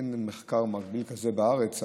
אין מחקר מקביל כזה בארץ,